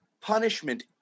punishment